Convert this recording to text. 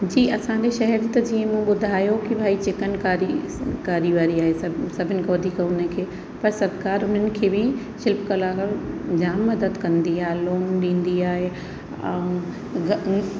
जी असांजे शेहर त जीअं मूं ॿुधायो की भई चिकनकारी कारी वारी आहे सभु सभिनि खां वधीक उनखे पर सरकार उन्हनि खे बि शिल्प कला जाम मदद कंदी आहे लोन ॾींदी आहे ग